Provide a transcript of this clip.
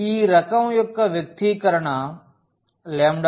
ఈ రకం యొక్క వ్యక్తీకరణ 1v12v2